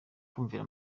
kumvira